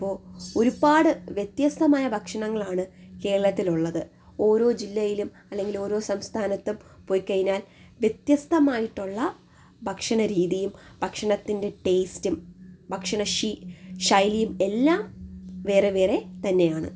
അപ്പോൾ ഒരുപാട് വ്യത്യസ്തമായ ഭക്ഷണങ്ങളാണ് കേരളത്തിലുള്ളത് ഓരോ ജില്ലയിലും അല്ലെങ്കിൽ ഓരോ സംസ്ഥാനത്തും പോയി കഴിഞ്ഞാൽ വ്യത്യസ്തമായിട്ടുള്ള ഭക്ഷണരീതിയും ഭക്ഷണത്തിന്റെ ടേസ്റ്റും ഭക്ഷണശീ ശൈലിയും എല്ലാം വേറെ വേറെ തന്നെയാണ്